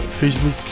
Facebook